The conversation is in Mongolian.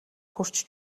хүрч